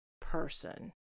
person